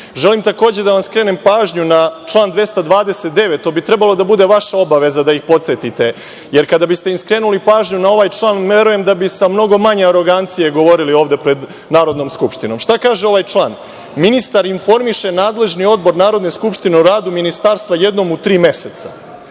takođe da vam skrenem pažnju na član 229, to bi trebalo da bude vaša obaveza da ih podsetite, jer kada biste im skrenuli pažnju na ovaj član, verujem da bi sa mnogo manje arogancije govorili ovde pred Narodnom skupštinom. Šta kaže ovaj član? „Ministar informiše nadležni odbor Narodne skupštine o radu Ministarstva jednom u tri meseca.